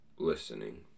Listening